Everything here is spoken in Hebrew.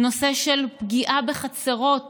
ונושא הפגיעה בחצרות